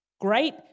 Great